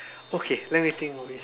okay let me think of this